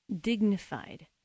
dignified